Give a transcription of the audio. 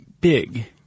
big